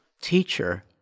teacher